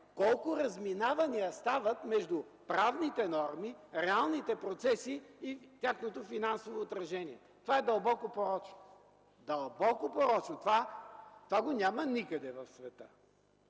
колко разминавания стават между правните норми, реалните процеси и тяхното финансово отражение. Това е дълбоко порочно! Това го няма никъде в света!